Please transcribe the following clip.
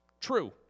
true